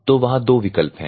तो वहाँ दो विकल्प हैं